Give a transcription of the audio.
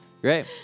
Great